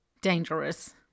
dangerous